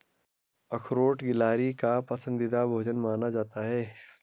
अखरोट गिलहरी का पसंदीदा भोजन माना जाता है